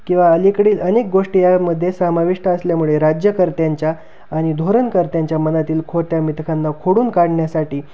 किंवा अलीकडील अनेक गोष्टी यामध्ये सामाविष्ट असल्यामुळे राज्यकर्त्यांच्या आणि धोरणकर्त्यांच्या मनातील खोट्या मिथकांना खोडून काढण्यासाठी